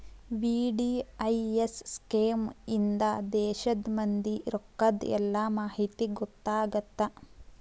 VDIS scheme ಇಂದಾ ದೇಶದ್ ಮಂದಿ ರೊಕ್ಕದ್ ಎಲ್ಲಾ ಮಾಹಿತಿ ಗೊತ್ತಾಗತ್ತ